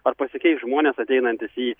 ar pasikeis žmonės ateinantys į